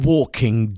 Walking